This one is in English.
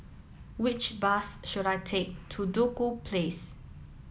which bus should I take to Duku Place